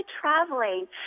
traveling